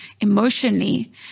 emotionally